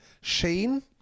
Sheen